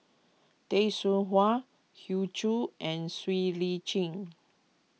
Tay Seow Huah Hoey Choo and Siow Lee Chin